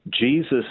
Jesus